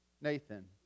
Nathan